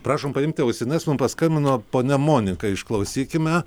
prašom paimti ausines mum paskambino ponia monika išklausykime